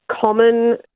common